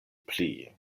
pli